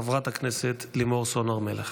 חברת הכנסת לימור סון הר מלך.